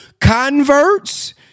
converts